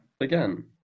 Again